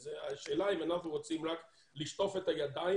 אז השאלה אם אנחנו רוצים רק לשטוף את הידיים